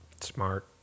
Smart